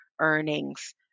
earnings